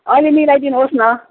अलिक मिलाइदिनु होस् न